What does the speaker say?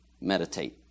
Meditate